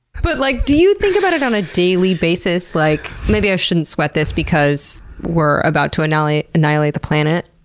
but like do you think about it on a daily basis? like, maybe i shouldn't sweat this because we're about to annihilate annihilate the planet?